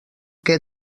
què